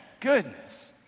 goodness